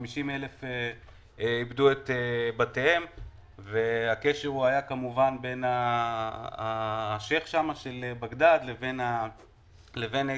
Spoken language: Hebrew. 50,000 איבדו את בתיהם והקשר היה כמובן בין השייח' של בגדד לבין גרמניה,